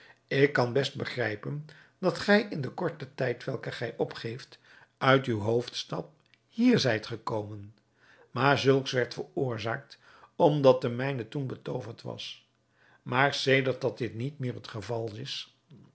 ik kan best begrijpen dat gij in den korten tijd welken gij opgeeft uit uwe hoofdstad hier zijt gekomen maar zulks werd veroorzaakt omdat de mijne toen betooverd was maar sedert dat dit niet meer het geval is